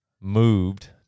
moved